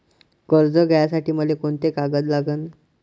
कर्ज घ्यासाठी मले कोंते कागद लागन?